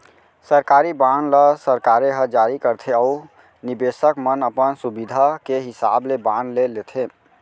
सरकारी बांड ल सरकारे ह जारी करथे अउ निबेसक मन अपन सुभीता के हिसाब ले बांड ले लेथें